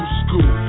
school